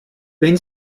wenn